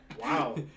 Wow